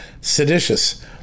seditious